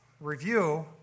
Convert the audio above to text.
review